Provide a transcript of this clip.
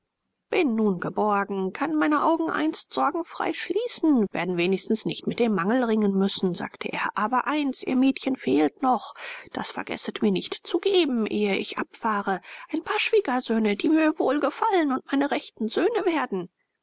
bin nun geborgen kann meine augen einst sorgenfrei schließen werden wenigstens nicht mit dem mangel ringen müssen sagte er aber eins ihr mädchen fehlt noch das vergesset mir nicht zu geben ehe ich abfahre ein paar schwiegersöhne die mir wohlgefallen und meine rechten söhne werden